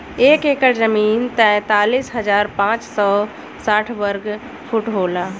एक एकड़ जमीन तैंतालीस हजार पांच सौ साठ वर्ग फुट होला